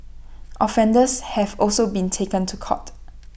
offenders have also been taken to court